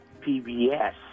PBS